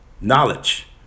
Knowledge